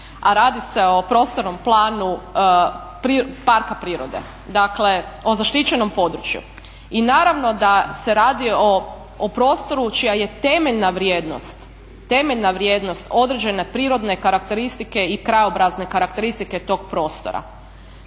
A radi se o prostornom planu parka prirode, dakle o zaštićenom području. I naravno da se radi o prostoru čija je temeljna vrijednost određene prirodne karakteristike i krajobrazne karakteristike tog prostora.